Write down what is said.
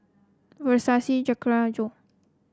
Vessie Zachariah and Joey